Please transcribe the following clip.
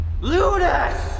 Ludus